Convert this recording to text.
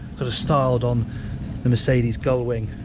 sort of styled on the mercedes gull wing,